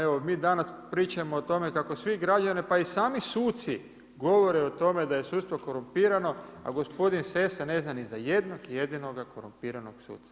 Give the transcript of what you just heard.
Evo, mi danas pričamo o tome, kako svi građani, pa i sami suci govore o tome da je sudstvo korumpirano, a gospodin Sessa ne zna ni za jednog jedinoga korumpiranog suca.